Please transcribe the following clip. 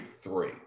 three